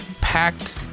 Packed